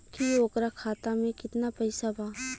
की ओकरा खाता मे कितना पैसा बा?